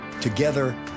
together